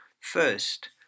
First